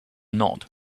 nod